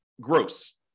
gross